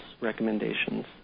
recommendations